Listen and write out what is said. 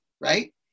right